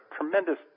tremendous